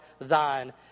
thine